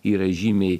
yra žymiai